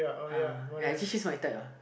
uh actually she's my type lah